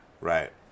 right